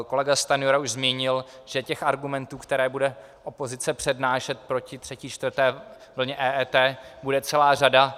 Kolega Stanjura už zmínil, že těch argumentů, které bude opozice přednášet proti třetí, čtvrté vlně EET, bude celá řada.